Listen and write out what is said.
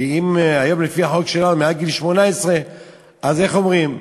והיום, לפי החוק שלנו, מעל גיל 18. אז איך אומרים?